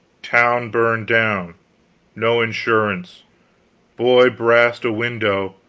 town burned down no insurance boy brast a window,